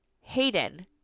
Hayden